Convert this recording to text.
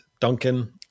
Duncan